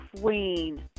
queen